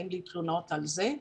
אין לי תלונות על זה.